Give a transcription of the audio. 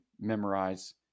memorize